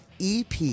EP